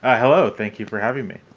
ah hello. thank you for having me.